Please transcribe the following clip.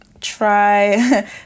try